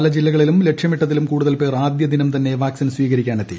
പല ജില്ലകളിലും ലക്ഷ്യമിട്ടതിലും കൂടുതൽ പേർ ആദ്യദിനം തന്നെ വാക്സിൻ സ്വീകരിക്കാനെത്തി